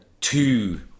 two